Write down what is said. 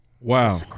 Wow